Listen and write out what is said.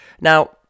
Now